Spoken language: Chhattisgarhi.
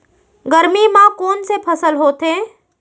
गरमी मा कोन से फसल होथे?